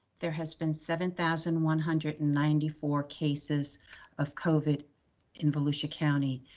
there has been seven thousand one hundred and ninety four cases of covid in volusia county.